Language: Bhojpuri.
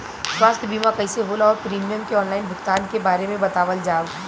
स्वास्थ्य बीमा कइसे होला और प्रीमियम के आनलाइन भुगतान के बारे में बतावल जाव?